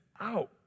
out